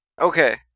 Okay